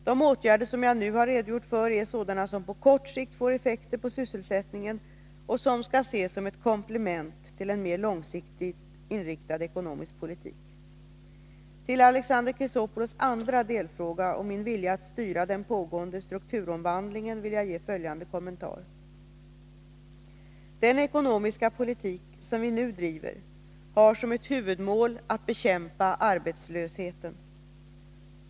De åtgärder som jag nu har redogjort för är sådana som på kort sikt får effekter på sysselsättningen och som skall ses som ett komplement till en mer långsiktigt inriktad ekonomisk politik. Till Alexander Chrisopoulos andra delfråga om min vilja att styra den pågående strukturomvandlingen vill jag ge följande kommentar: Den ekonomiska politik som vi nu driver har som ett huvudmål att bekämpa arbetslösheten.